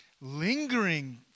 lingering